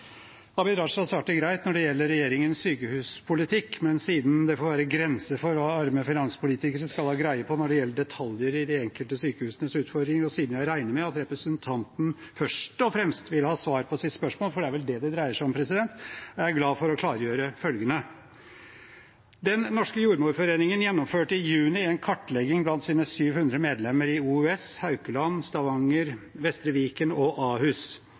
Abid Q. Raja svarte greit når det gjelder regjeringens sykehuspolitikk, men siden det får være grenser for hva arme finanspolitikere skal ha greie på når det gjelder detaljer i de enkelte sykehusenes utfordringer, og siden jeg regner med at representanten først og fremst vil ha svar på sitt spørsmål – for det er vel det det dreier seg om – er jeg glad for å klargjøre følgende: Den norske jordmorforeningen gjennomførte i juni en kartlegging blant sine 700 medlemmer ved OUS, Haukeland, Stavanger, Vestre Viken og Ahus.